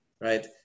right